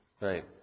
Right